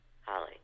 Holly